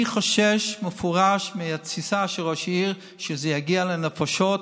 אני חושש במפורש מההתססה של הראש העיר ושזה יגיע לנפשות,